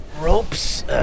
Ropes